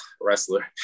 wrestler